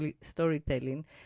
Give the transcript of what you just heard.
Storytelling